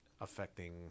affecting